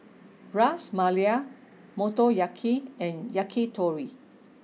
Ras Malai Motoyaki and Yakitori